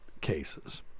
cases